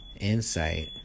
insight